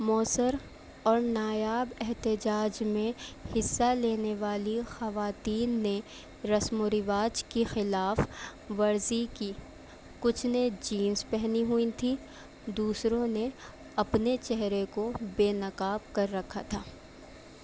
موثر اور نایاب احتجاج میں حصہ لینے والی خواتین نے رسم و رواج کی خلاف ورزی کی کچھ نے جینس پہنی ہوئی تھیں دوسروں نے اپنے چہرے کو بےنقاب کر رکھا تھا